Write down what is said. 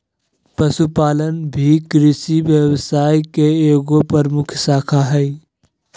पशुपालन भी कृषि व्यवसाय के एगो प्रमुख शाखा हइ